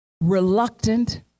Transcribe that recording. reluctant